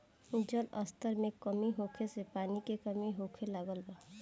जल स्तर में कमी होखे से पानी के कमी होखे लागल बा